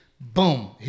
Boom